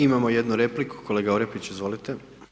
Imamo jednu repliku, kolega Orepić, izvolite.